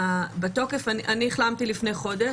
אני החלמתי לפני חודש,